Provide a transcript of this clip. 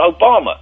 Obama